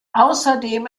außerdem